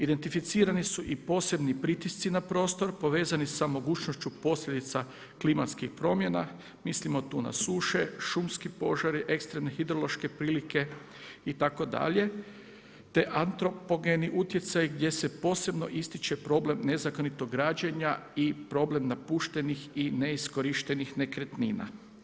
Identificirani su i posebni pritisci na prostor, povezani sa mogućnošću posljedica klimatskih promjena, mislimo tu na suše, šumski požar, ekstremne hidrološke prilike itd., te antropogeni utjecaji gdje se posebno ističe problem nezakonitog građenja i problem napuštenih i neiskorištenih nekretnina.